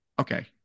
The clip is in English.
Okay